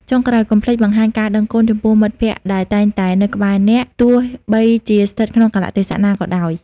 ចុងក្រោយ កុំភ្លេច បង្ហាញការដឹងគុណ ចំពោះមិត្តភក្តិដែលតែងតែនៅក្បែរអ្នក ទោះបីជាស្ថិតក្នុងកាលៈទេសៈណាក៏ដោយ។